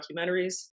documentaries